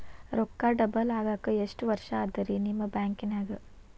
ರೊಕ್ಕ ಡಬಲ್ ಆಗಾಕ ಎಷ್ಟ ವರ್ಷಾ ಅದ ರಿ ನಿಮ್ಮ ಬ್ಯಾಂಕಿನ್ಯಾಗ?